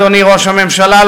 1089 ו-1090.